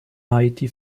haiti